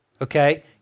okay